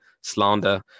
slander